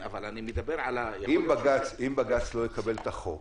אם בג"ץ לא יקבל את החוק,